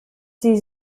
sie